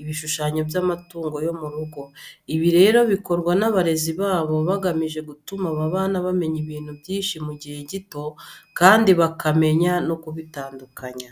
ibishushanyo by'amatungo yo mu rugo. Ibi rero bikorwa n'abarezi babo bagamije gutuma aba bana bamenya ibintu byinshi mu gihe gito kandi bakamenya no kubitandukanya.